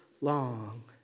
long